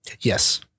Yes